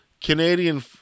Canadian